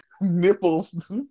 Nipples